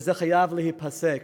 וזה חייב להיפסק.